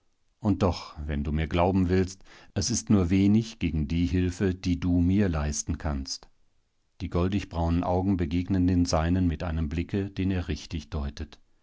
und doch wenn du mir glauben willst es ist nur wenig gegen die hilfe die du mir leisten kannst die goldigbraunen augen begegnen den seinen mit einem blicke den er richtig deutet